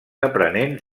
aprenents